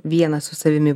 vienas su savimi